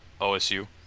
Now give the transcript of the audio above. OSU